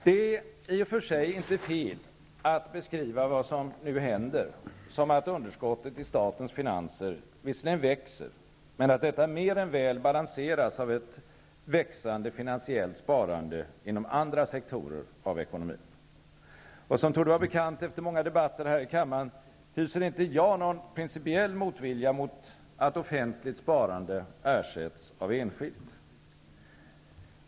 Det är i och för sig inte fel att beskriva vad som nu händer som att underskottet i statens finanser visserligen växer, men att detta mer än väl balanseras av ett växande finansiellt sparande inom andra sektorer av ekonomin. Som torde vara bekant efter många debatter här i kammaren hyser inte jag någon principiell motvilja mot att offentligt sparande ersätts av enskilt.